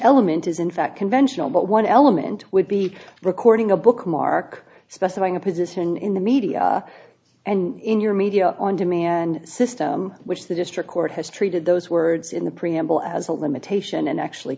element is in fact conventional but one element would be recording a bookmark specifying a position in the media and in your media on demand system which the district court has treated those words in the ambuhl as a limitation and actually